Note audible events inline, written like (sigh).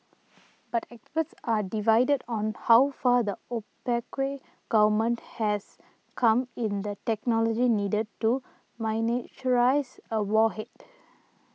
(noise) but experts are divided on how far the opaque government has come in the technology needed to miniaturise a warhead